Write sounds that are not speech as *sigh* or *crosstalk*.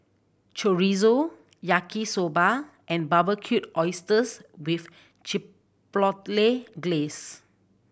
Chorizo Yaki Soba and Barbecued Oysters with Chipotle *unintelligible* Glaze